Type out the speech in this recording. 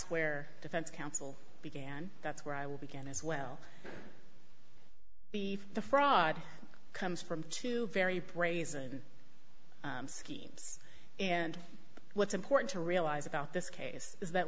where defense counsel began that's where i would begin as well the fraud comes from two very brazen schemes and what's important to realize about this case is that